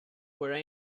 where